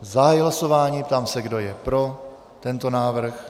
Zahajuji hlasování, ptám se, kdo je pro tento návrh.